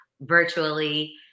virtually